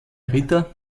ritter